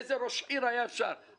לאיזה ראש עירייה היה אפשר לעשות כך?